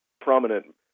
prominent